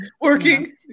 Working